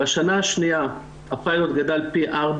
בשנה השניה הפיילוט גדל פי 4,